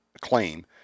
claim